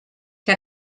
que